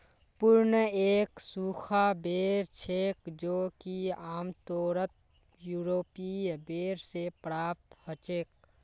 prune एक सूखा बेर छेक जो कि आमतौरत यूरोपीय बेर से प्राप्त हछेक